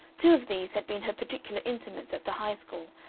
two of these had been her particular intimates at the high school,